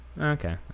Okay